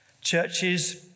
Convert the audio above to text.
Churches